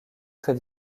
très